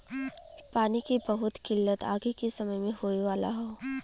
पानी के बहुत किल्लत आगे के समय में होए वाला हौ